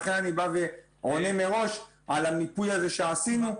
ולכן אני בא ורואה מראש על המיפוי הזה שעשינו.